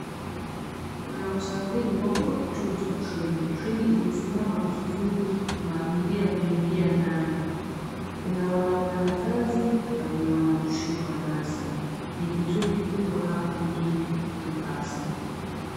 Wanaosafiri wako kwa kituo cha treni. Treni imesimama kusubiri maabiria kuingia ndani. Kuna wanaopanda ngazi na kuna wanao shuka ngazi. Ni kituo kikubwa hapa mjini mombasa.